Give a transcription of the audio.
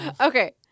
Okay